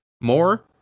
More